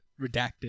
redacted